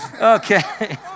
Okay